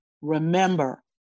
Remember